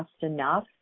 enough